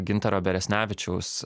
gintaro beresnevičiaus